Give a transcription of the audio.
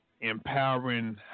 empowering